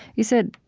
you said,